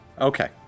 Okay